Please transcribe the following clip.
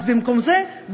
במקום זה,